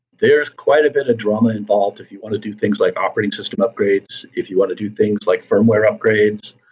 there's quite a bit of drama involved if you want to do things like operating system upgrades, if you want to do things like firmware upgrades.